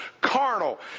Carnal